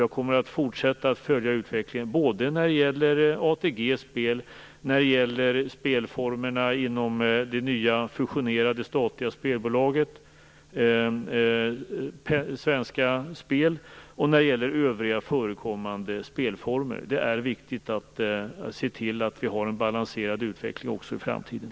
Jag kommer att fortsätta att följa utvecklingen både när det gäller ATG:s spel, när det gäller spelformerna inom det nya fusionerade statliga spelbolaget Svenska Spel och när det gäller övriga förekommande spelformer. Det är viktigt att se till att vi har en balanserad utveckling också i framtiden.